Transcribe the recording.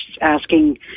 asking